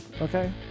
okay